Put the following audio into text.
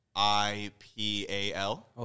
I-P-A-L